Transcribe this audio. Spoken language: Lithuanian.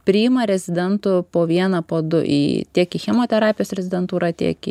priima rezidentų po vieną po du į tiek į chemoterapijos rezidentūrą tiek į